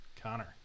Connor